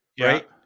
Right